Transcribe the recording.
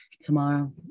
tomorrow